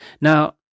Now